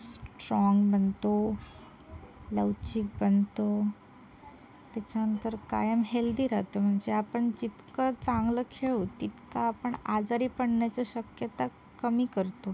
strong बनतो लवचिक बनतो त्याच्यानंतर कायम हेल्दी राहतो म्हणजे आपण जितकं चांगलं खेळू तितकं आपण आजारी पडण्याची शक्यता कमी करतो